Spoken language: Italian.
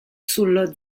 sullo